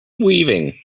weaving